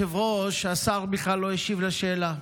היושב-ראש, השר בכלל לא השיב על השאלה.